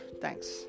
Thanks